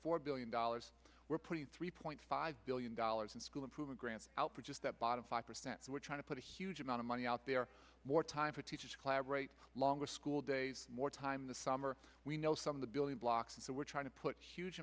four billion dollars we're putting three point five billion dollars in school improvement grants out for just that bottom five percent so we're trying to put a huge amount of money out there more time for teachers collaborate longer school days more time in the summer we know some of the building blocks and so we're trying to put huge